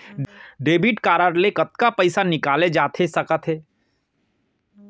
Debit card ले कतका पइसा निकाले जाथे सकत हे?